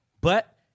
But-